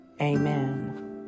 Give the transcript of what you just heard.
amen